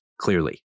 clearly